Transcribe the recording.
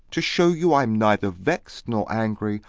to show you i'm neither vexed nor angry,